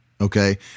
okay